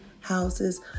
houses